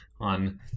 on